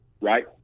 right